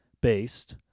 based